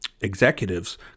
executives